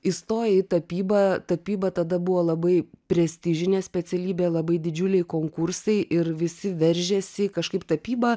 įstojai į tapybą tapyba tada buvo labai prestižinė specialybė labai didžiuliai konkursai ir visi veržėsi kažkaip tapyba